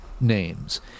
names